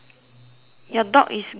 your dog is grey right